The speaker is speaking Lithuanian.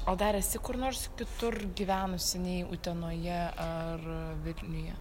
o dar esi kur nors kitur gyvenusi nei utenoje ar vilniuje